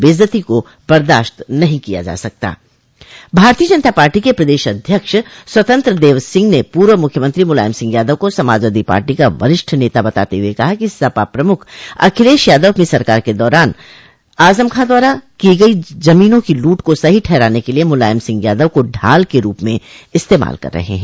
भारतीय जनता पार्टी के प्रदेश अध्यक्ष स्वतंत्र देव सिंह ने पूर्व मुख्यमंत्री मुलायम सिंह यादव को समाजवादी पार्टी का वरिष्ठ नेता बताते हुए कहा कि सपा प्रमुख अखिलेश यादव अपनी सरकार के दौरान आजम खां द्वारा की गई जमीनो की लूट को सही ठहराने के लिए मुलायम सिंह यादव को ढाल के रूप में इस्तेमाल कर रहे है